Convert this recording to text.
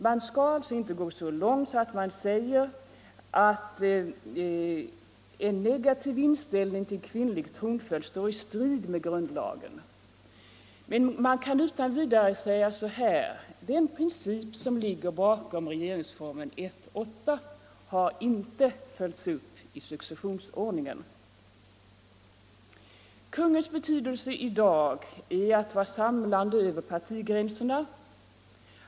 Man skall alltså inte gå så långt att man påstår att en negativ inställning till kvinnlig tronföljd står i strid med grundlagen, men man kan utan vidare säga så här: Den princip som ligger bakom regeringsformen 1:8 har inte följts upp i successionsordningen. Kungens betydelse i dag är att vara samlande över partigränserna.